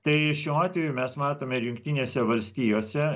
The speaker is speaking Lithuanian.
tai šiuo atveju mes matome ir jungtinėse valstijose